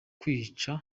kwica